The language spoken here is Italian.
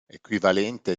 equivalente